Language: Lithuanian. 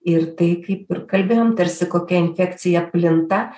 ir tai kaip ir kalbėjom tarsi kokia infekcija plinta